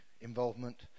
involvement